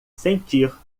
sentir